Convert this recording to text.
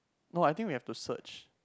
no I think we have to search